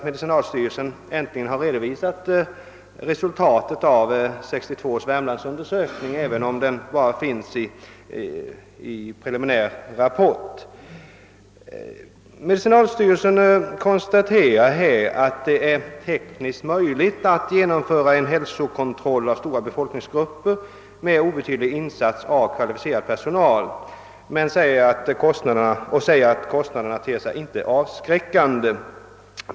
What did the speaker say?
Medicinalstyrelsen har äntligen redovisat resultatet av 1962 års Värmlandsundersökning, även om det ännu bara föreligger i en preliminär rapport. Medicinalstyrelsen konstaterar «att det är tekniskt möjligt att genomföra en hälsokontroll av stora befolkningsgrupper med obetydlig insats av kvalificerad personal och framhåller att kostnaderna inte ter sig avskräckande.